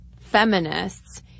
feminists